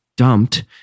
dumped